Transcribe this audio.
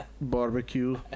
barbecue